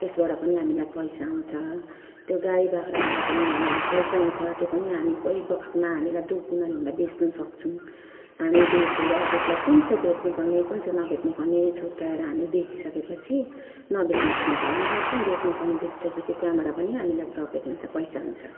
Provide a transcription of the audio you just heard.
त्यसबाट पनि हामीलाई पैसा आउँछ त्यो गाई बाख्राबाट पनि हामीलाई पैसा आउँछ त्यो पनि हामी कोही बखतमा हामीलाई दुःख बिमार हुँदा बेच्नु सक्छौँ हामी बेचेर त्यसलाई कुन चाहिँ बेच्नु पर्ने कुन चाहिँ नबेच्नु पर्ने छुट्याएर हामी बेचिसके पछि नबेच्नु पर्ने घरमै राख्छौँ बेच्नु पर्ने बेचिसके पछि त्यहाँबाट पनि हामीलाई प्रफिट हुन्छ पैसा आउँछ